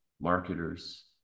marketers